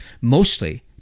mostly